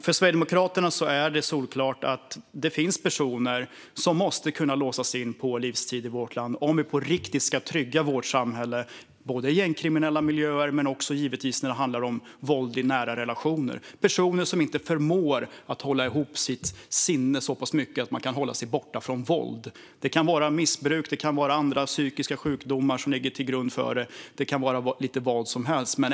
För Sverigedemokraterna är det solklart att det finns personer som måste kunna låsas in på livstid i vårt land om vi på riktigt ska trygga vårt samhälle i fråga om gängkriminella miljöer och våld i nära relationer. Det är fråga om personer som inte förmår att hålla ihop sitt sinne så pass mycket att de kan hålla sig borta från våld, och det kan vara missbruk eller andra psykiska sjukdomar som ligger till grund - det kan vara vad som helst.